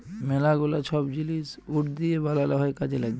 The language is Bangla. ম্যালা গুলা ছব জিলিস উড দিঁয়ে বালাল হ্যয় কাজে ল্যাগে